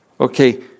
Okay